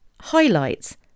highlights